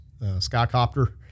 skycopter